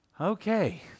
Okay